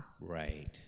Right